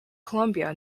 columbia